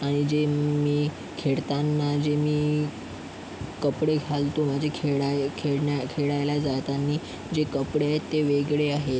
आणि जे मी खेडताना जे मी कपडे घालतो मजे खेळाय खेळण्या खेळायला जाताना जे कपडे आहेत ते वेगळे आहेत